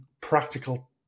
practical